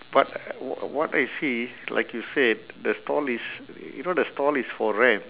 but uh wha~ what I see like you said the stall is you know the stall is for rent